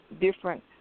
different